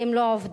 אם לא עובדים.